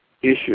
issue